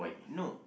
no